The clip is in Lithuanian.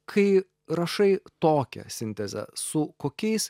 kai rašai tokią sintezę su kokiais